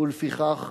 ולפיכך,